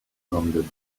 from